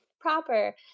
proper